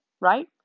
Right